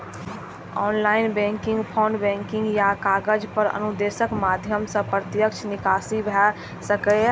online banking, phone banking या कागज पर अनुदेशक माध्यम सं प्रत्यक्ष निकासी भए सकैए